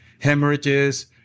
hemorrhages